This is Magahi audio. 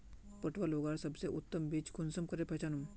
पटुआ लगवार सबसे उत्तम बीज कुंसम करे पहचानूम?